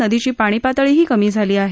नदीची पाणी पातळीही कमी झाली आहे